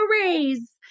raise